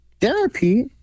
Therapy